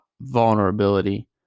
vulnerability